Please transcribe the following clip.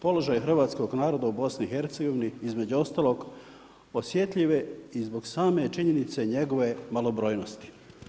Položaj hrvatskog naroda u BIH, između ostalog, osjetljiv je i zbog same činjenice njegove malobrojnosti.